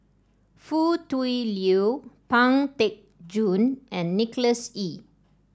Foo Tui Liew Pang Teck Joon and Nicholas Ee